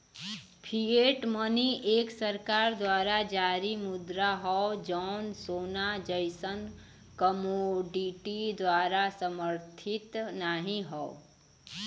fiat money एक सरकार द्वारा जारी मुद्रा हौ जौन सोना जइसन कमोडिटी द्वारा समर्थित नाहीं हौ